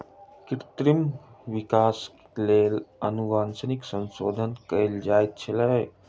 कृत्रिम विकासक लेल अनुवांशिक संशोधन कयल जाइत अछि